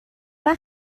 ولی